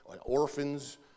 orphans